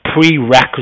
Prerequisite